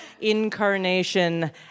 incarnation